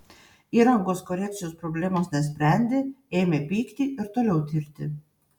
įrangos korekcijos problemos nesprendė ėmė pykti ir toliau tirti